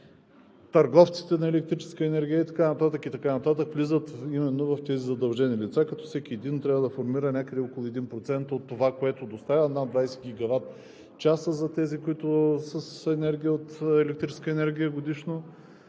търговците на електрическата енергия и така нататък, и така нататък, влизат именно в тези задължени лица, като всеки един трябва да формира някъде около 1% от това, което доставя над 20 гигаватчаса за тези, които са с електрическа енергия годишно